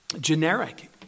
generic